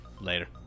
Later